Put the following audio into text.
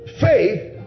faith